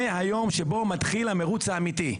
זה היום שבו מתחיל המרוץ האמיתי.